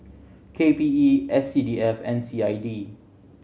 K P E S C D F and C I D